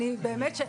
אני באמת,